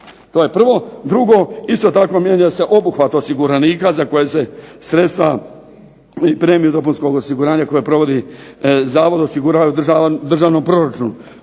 to je prvo. Drugo, isto tako mijenja se obuhvat osiguranika za koje se sredstva i premije dopunskog osiguranja koje provodi zavod osiguravaju u državnom proračunu.